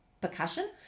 percussion